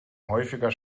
häufiger